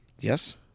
Yes